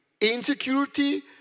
Insecurity